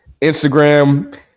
Instagram